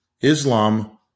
Islam